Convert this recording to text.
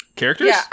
characters